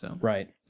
Right